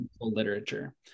literature